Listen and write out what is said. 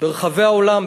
ברחבי העולם,